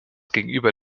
gegenüber